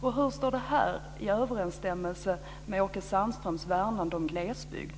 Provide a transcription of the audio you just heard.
Och hur står det här i överensstämmelse med Åke Sandströms värnande om glesbygden?